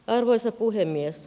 arvoisa puhemies